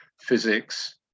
physics